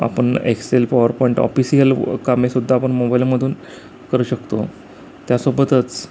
आपन Excel PowerPoint official कामेसुद्धा आपन मोबाईलमधून करू शकतो त्यासोबतच